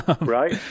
Right